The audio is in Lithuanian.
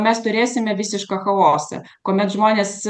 mes turėsime visišką chaosą kuomet žmonės